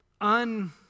un